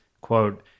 Quote